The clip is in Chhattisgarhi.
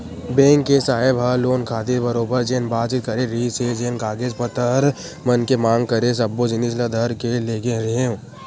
बेंक के साहेब ह लोन खातिर बरोबर जेन बातचीत करे रिहिस हे जेन कागज पतर मन के मांग करे सब्बो जिनिस ल धर के लेगे रेहेंव